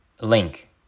Link